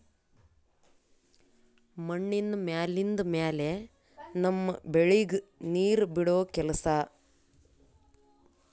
ಮಣ್ಣಿನ ಮ್ಯಾಲಿಂದ್ ಮ್ಯಾಲೆ ನಮ್ಮ್ ಬೆಳಿಗ್ ನೀರ್ ಬಿಡೋ ಕೆಲಸಾ